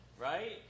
right